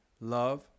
love